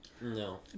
no